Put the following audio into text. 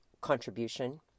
Contribution